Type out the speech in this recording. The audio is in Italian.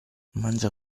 mangia